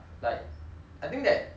I think that tea